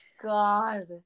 god